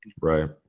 Right